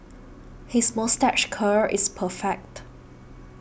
his moustache curl is perfect